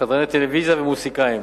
שדרני טלוויזיה ומוזיקאים.